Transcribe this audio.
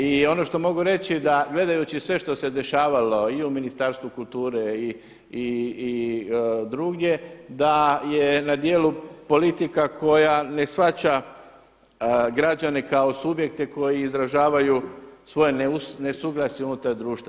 I ono što mogu reći da gledajući sve što se dešavalo i u Ministarstvu kulture i drugdje da je na djelu politika koja ne shvaća građane kao subjekte koji izražavaju svoje nesuglasje unutar društva.